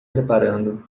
preparando